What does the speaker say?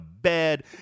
bed